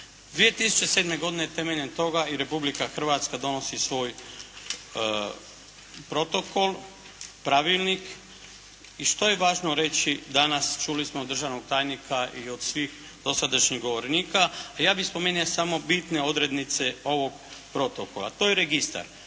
2007. godine temeljem toga i Republika Hrvatska donosi svoj Protokol, Pravilnik i što je važno reći danas, čuli smo od državnog tajnika i od svih dosadašnjih govornika, a ja bih spomenuo samo bitne odrednice ovog protokola. To je registar.